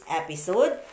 episode